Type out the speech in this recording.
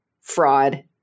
fraud